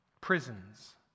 prisons